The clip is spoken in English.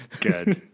Good